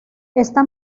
esta